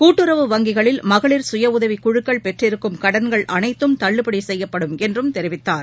கூட்டுறவு வங்கிகளில் மகளிர் சுய உதவிக் குழுக்கள் பெற்றிருக்கும் கடன்கள் அனைத்தும் தள்ளுபடிசெய்யப்படும் என்றும் தெரிவித்தார்